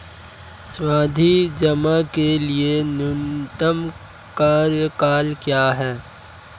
सावधि जमा के लिए न्यूनतम कार्यकाल क्या है?